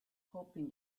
hoping